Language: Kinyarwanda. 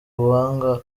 ubuhanga